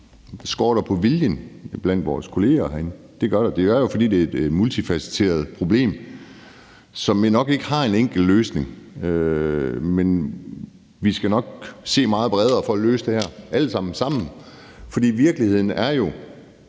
skorter på vilje blandt vores kolleger herinde. Det er jo, fordi det er et multifacetteret problem, som vi nok ikke har en enkel løsning på, men vi skal nok alle sammen sammen se meget bredere for at løse det her. For virkeligheden er jo,